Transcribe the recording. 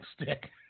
stick